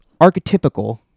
archetypical